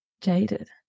jaded